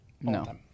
No